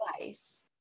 advice